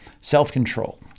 Self-control